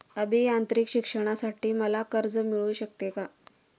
अभियांत्रिकी शिक्षणासाठी मला कर्ज मिळू शकते का?